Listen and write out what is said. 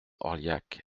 orliac